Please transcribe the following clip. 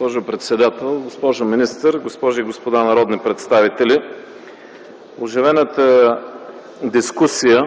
Госпожо председател, госпожо министър, госпожи и господа народни представители! Оживената дискусия